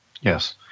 Yes